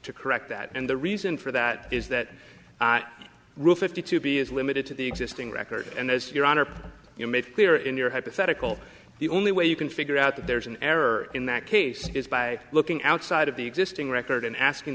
to correct that and the reason for that is that route fifty two b is limited to the existing record and as your honor you made clear in your hypothetical the only way you can figure out that there's an error in that case is by looking outside of the existing record and asking